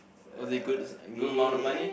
was it good good amount of money